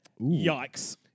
Yikes